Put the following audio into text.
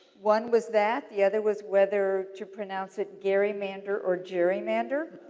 one was that, the other was whether to pronounce it gerrymander or gerrymander.